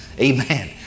Amen